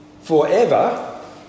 forever